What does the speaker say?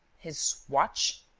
his watch?